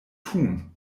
tun